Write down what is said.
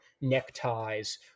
neckties